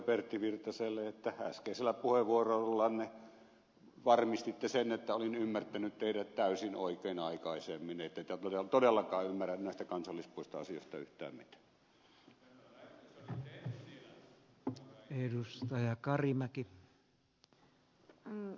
pertti virtaselle että äskeisellä puheenvuorollanne varmistitte sen että olin ymmärtänyt teidät täysin oikein aikaisemmin että ette todellakaan ymmärrä näistä kansallispuistoasioista yhtään mitään